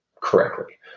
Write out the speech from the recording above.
correctly